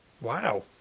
Wow